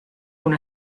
una